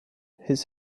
his